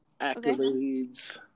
Accolades